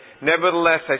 Nevertheless